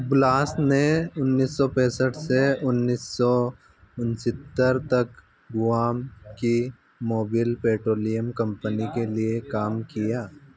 BLAS ने उन्नीस सौ पैंसठ से उन्नीस सौ उनसत्तर तक गुआम की मोबिल पेट्रोलियम कम्पनी के लिए काम किया